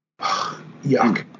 Yuck